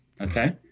Okay